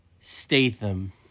Statham